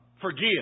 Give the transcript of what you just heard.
forgive